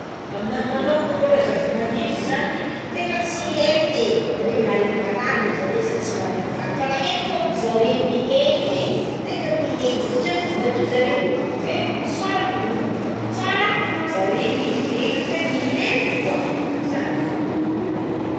Amignahy manokana zavamaniry zany tegne tsy aiké na hoe maregny marary mo zaré na tsy mare ny marary fa rà éko fogna zaré miaigné tegna miaigna zare satria matoa zare velogna tsara miroborobo tsara zaré mivelogne miaigna koa zagny fo.